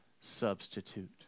substitute